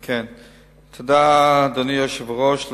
תודה, אדוני היושב-ראש.